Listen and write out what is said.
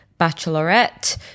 Bachelorette